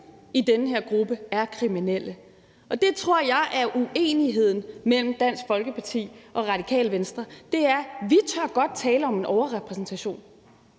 i den her gruppe er kriminelle. Det er der, hvor jeg tror uenigheden mellem Dansk Folkeparti og Radikale Venstre består. Vi tør godt tale om en overrepræsentation,